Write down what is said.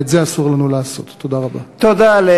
חברותי חברות הכנסת,